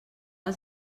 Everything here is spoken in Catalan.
als